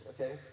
okay